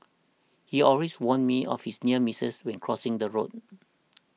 he always warn me of his near misses when crossing the road